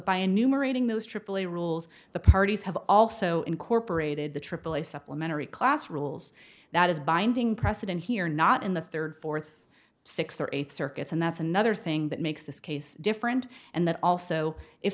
enumerating those aaa rules the parties have also incorporated the triple a supplementary class rules that is binding precedent here not in the third fourth six or eight circuits and that's another thing that makes this case different and that also if